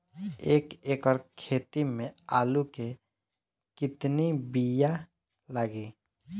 एक एकड़ खेती में आलू के कितनी विया लागी?